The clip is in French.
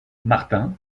martin